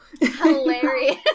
Hilarious